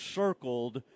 circled